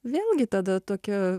vėlgi tada tokio